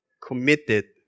Committed